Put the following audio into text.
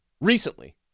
recently